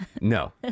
No